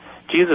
Jesus